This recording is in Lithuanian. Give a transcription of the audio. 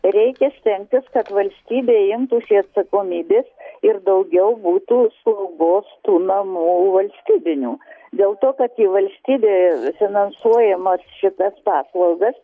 reikia stengtis kad valstybė imtųsi atsakomybės ir daugiau būtų slaugos tų namų valstybinių dėl to kad į valstybė finansuojamas šitas paslaugas